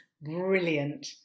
brilliant